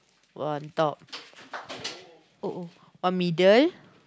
one on top [uh-oh] one middle